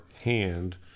hand